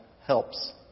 helps